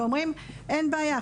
ואומרים אין בעיה.